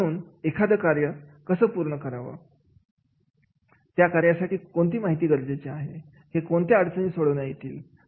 तर म्हणून एखादं कार्य कसा पूर्ण करावा त्या कार्यासाठी कोणती माहिती गरजेचे आहे हे कोणत्या अडचणी सोडवता येतील